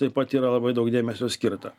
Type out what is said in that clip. taip pat yra labai daug dėmesio skirta